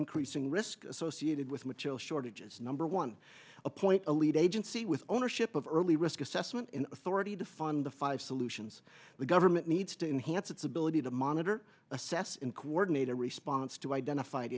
increasing risk associated with material shortages number one a point to lead agency with ownership of early risk assessment in authority to fund the five solutions the government needs to enhance its ability to monitor assess in coordinate a response to identif